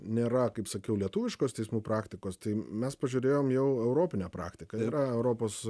nėra kaip sakiau lietuviškos teismų praktikos tai mes pažiūrėjom jau europinę praktiką yra europos